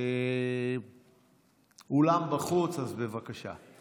האולם בחוץ, אז בבקשה.